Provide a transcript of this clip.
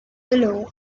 pillow